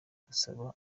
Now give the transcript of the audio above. gusaba